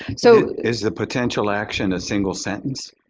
so is the potential action a single sentence?